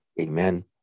Amen